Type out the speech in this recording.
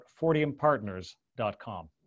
fortiumpartners.com